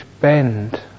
bend